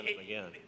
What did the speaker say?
again